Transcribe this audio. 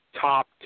top